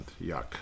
Yuck